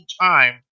time